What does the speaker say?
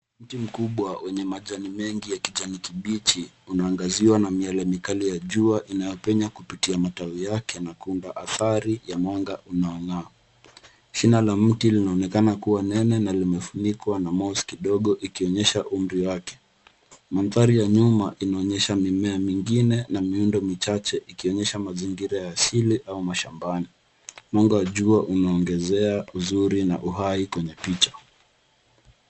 Mti mkubwa wenye majani mengi ya kijani kibichi una angaziwa na miale mikali ya jua inayopenya kupitia matawi yake na kuunda athari ya mwanga unaong'aa. Shina la mti linaonekana kuwa nene na limefunikwa na moss kidogo ikionyesha umri wake. Mandhari ya nyuma ina onyesha mimea mingine na miundo michache ikionyesha mazingira ya asili au mashambani, mwanga wa jua umeongezea uzuri na uhai kwenye picha.